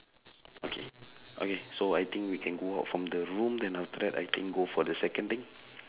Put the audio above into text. okay okay so I think we can go out from the room then after that I think go for the second thing